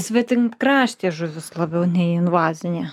svetimkraštė žuvis labiau ne invazinė